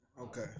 Okay